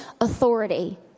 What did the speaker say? authority